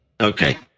Okay